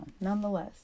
Nonetheless